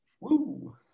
woo